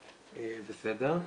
--- המשפחה,